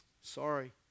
sorry